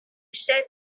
said